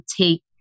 take